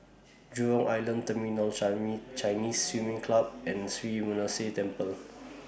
Jurong Island Terminal Chinese Swimming Club and Sri Temple